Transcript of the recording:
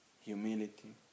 humility